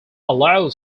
allowed